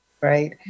right